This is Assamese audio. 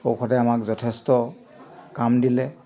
ঔষধে আমাক যথেষ্ট কাম দিলে